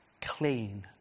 clean